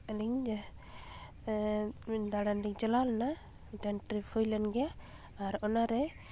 ᱟᱞᱤᱝ ᱡᱮ ᱫᱟᱬᱟᱱ ᱞᱤᱧ ᱪᱟᱞᱟᱣ ᱞᱮᱱᱟ ᱢᱤᱫᱴᱟᱱ ᱴᱨᱤᱯ ᱦᱩᱭ ᱞᱮᱱ ᱜᱮᱭᱟ ᱟᱨ ᱚᱱᱟᱨᱮ